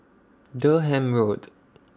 Durham Road